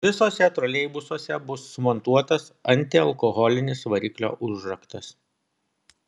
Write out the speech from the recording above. visuose troleibusuose bus sumontuotas antialkoholinis variklio užraktas